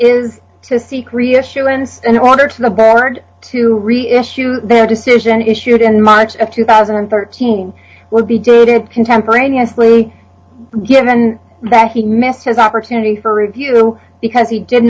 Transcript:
is to seek reassurance in order to the bird to reissue their decision issued in march of two thousand and thirteen would be dated contemporaneously him then that he missed his opportunity for review because he did